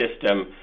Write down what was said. system